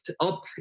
up